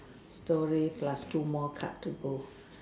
story plus two more card to go